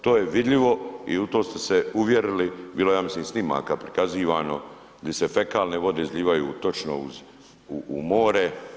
To je vidljivo i u to ste se uvjerili, bilo je ja mislim snimaka prikazivano gdje se fekalne vode izlijevaju točno u more.